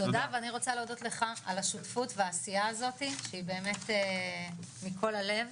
תודה ואני רוצה להודות לך על השותפות והעשייה הזאת שהיא באמת מכל הלב,